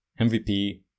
MVP